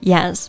Yes